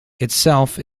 itself